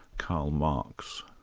karl marx?